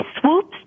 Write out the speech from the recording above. swoops